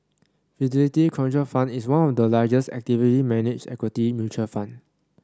fidelity contra fund is one of the largest actively managed equity mutual fund